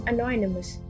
Anonymous